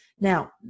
Now